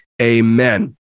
Amen